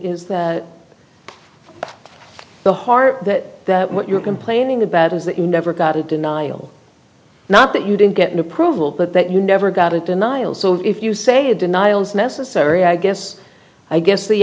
is that the heart that what you're complaining about is that you never got a denial not that you didn't get an approval but that you never got a denial so if you say denial is necessary i guess i guess the